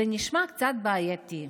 זה נשמע קצת בעייתי.